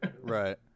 Right